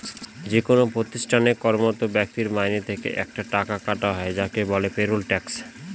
যেকোনো প্রতিষ্ঠানে কর্মরত ব্যক্তির মাইনে থেকে একটা টাকা কাটা হয় যাকে বলে পেরোল ট্যাক্স